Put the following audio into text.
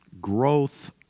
growth